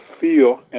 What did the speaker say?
feel